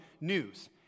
news